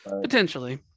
Potentially